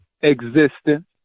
existence